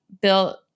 built